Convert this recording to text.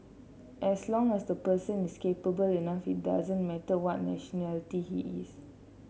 as long as the person is capable enough it doesn't matter what nationality he is